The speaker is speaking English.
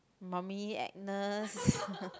mummy Agnes